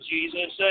Jesus